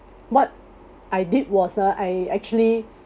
what I did was uh I actually